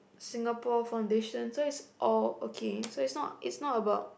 Singapore foundation so it's all okay so it's not it's not about